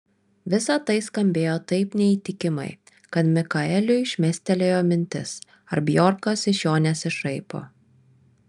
visa tai skambėjo taip neįtikimai kad mikaeliui šmėstelėjo mintis ar bjorkas iš jo nesišaipo